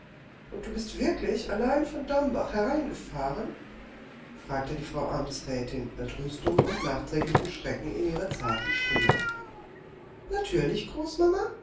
und du bist wirklich allein von dambach hereingefahren fragte die frau amtsrätin entrüstung und nachträglichen schrecken in ihrer zarten stimme natürlich